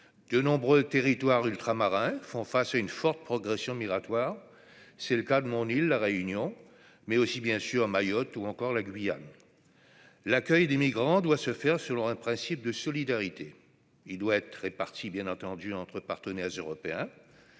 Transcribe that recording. de nombreux territoires ultramarins font face à une forte progression migratoire, c'est le cas de mon île la Réunion mais aussi bien sûr à Mayotte ou encore la Guyane, l'accueil des migrants doit se faire selon un principe de solidarité, il doit être réparti bien entendu entre partenaires européens